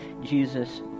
Jesus